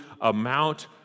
amount